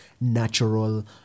natural